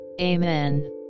Amen